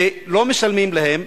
ולא משלמים להם,